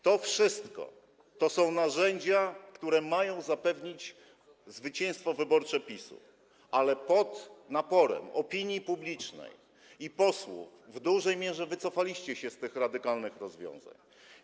To wszystko to są narzędzia, które mają zapewnić zwycięstwo wyborcze PiS-u, ale pod naporem opinii publicznej i posłów w dużej mierze wycofaliście się z tych radykalnych rozwiązań.